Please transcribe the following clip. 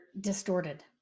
distorted